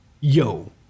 Yo